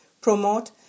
promote